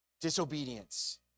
Disobedience